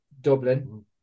Dublin